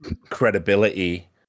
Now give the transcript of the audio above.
credibility